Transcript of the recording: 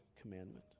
commandment